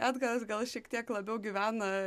edgaras gal šiek tiek labiau gyvena